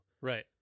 Right